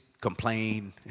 complain